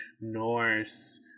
Norse